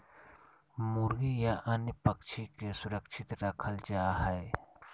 मुर्गी या अन्य पक्षि के सुरक्षित रखल जा हइ